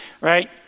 right